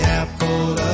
apple